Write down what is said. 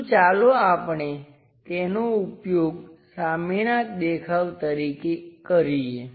તો ચાલો આપણે તેનો ઉપયોગ સામેનાં દેખાવ તરીકે કરીએ